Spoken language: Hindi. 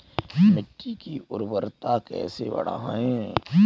मिट्टी की उर्वरता कैसे बढ़ाएँ?